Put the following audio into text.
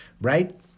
right